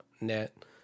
net